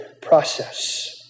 process